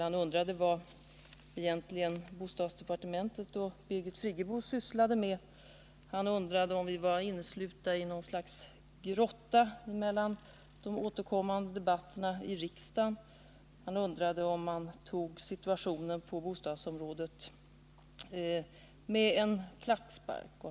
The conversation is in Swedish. Han undrade vad egentligen bostadsdepartementet och Birgit Friggebo sysslar med, om vi är inneslutna i något slags grotta mellan de återkommande debatterna i riksdagen och om vi tar situationen på bostadsområdet med en klackspark.